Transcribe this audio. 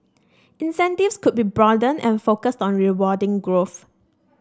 incentives could be broadened and focused on rewarding growth